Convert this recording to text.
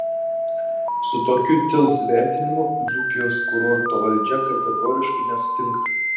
su tokiu tils vertinimu dzūkijos kurorto valdžia kategoriškai nesutinka